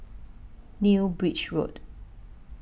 New Bridge Road